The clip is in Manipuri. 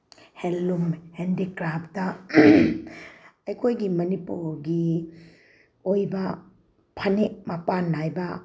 ꯍꯦꯟꯂꯨꯝ ꯍꯦꯟꯗꯤꯀ꯭ꯔꯥꯐꯇ ꯑꯩꯈꯣꯏꯒꯤ ꯃꯅꯤꯄꯨꯔꯒꯤ ꯑꯣꯏꯕ ꯐꯅꯦꯛ ꯃꯄꯥꯟ ꯅꯥꯏꯕ